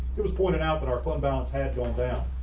it was pointed out that our fund balance had gone down.